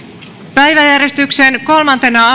päiväjärjestyksen kolmantena